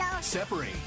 Separate